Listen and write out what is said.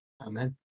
Amen